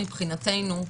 מבחינתנו,